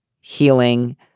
healing